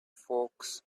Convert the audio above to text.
folks